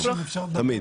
תמיד,